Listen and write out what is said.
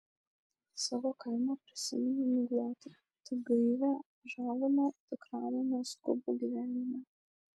savo kaimą prisiminiau miglotai tik gaivią žalumą tik ramų neskubų gyvenimą